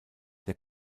der